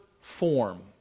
form